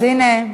אז הנה,